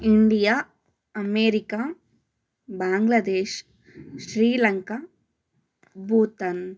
India America Bangladesh Sri Lanka Bhutan